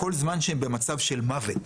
כל זמן שהם במצב של מוות.